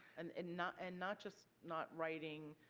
and and not and not just not writing